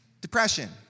depression